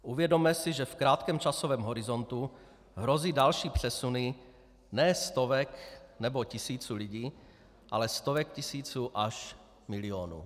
Uvědomme si, že v krátkém časovém horizontu hrozí další přesuny ne stovek nebo tisíců lidí, ale stovek tisíců až milionů.